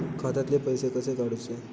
खात्यातले पैसे कसे काडूचे?